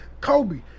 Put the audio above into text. Kobe